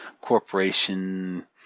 corporation